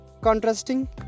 contrasting